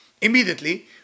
Immediately